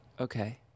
Okay